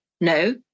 no